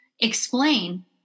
explain